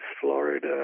Florida